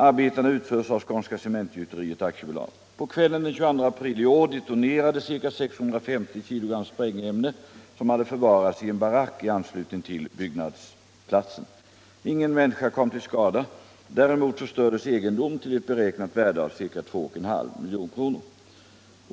Arbetena utförs av AB Skånska Cementgjuteriet. På kvällen : den 22 april i år detonerade ca 650 kg sprängämne som hade förvarats i en barack i anslutning till byggnadsplatsen. Ingen människa kom till skada. Däremot förstördes egendom lill ett beräknat värde av ca 2.5 milj.kr. :